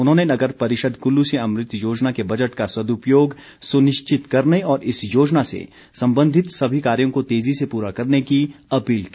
उन्होंने नगर परिषद कुल्लू से अमृत योजना के बजट का सदुपयोग सुनिश्चित करने और इस योजना से संबंधित सभी कार्यो को तेजी से पूरा करने की अपील की